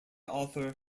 author